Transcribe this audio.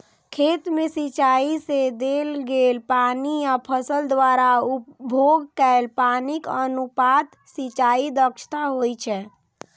खेत मे सिंचाइ सं देल गेल पानि आ फसल द्वारा उपभोग कैल पानिक अनुपात सिंचाइ दक्षता होइ छै